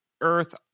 earth